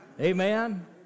Amen